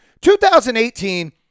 2018